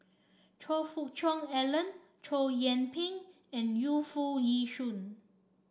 Choe Fook Cheong Alan Chow Yian Ping and Yu Foo Yee Shoon